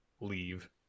leave